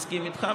מסכים איתך,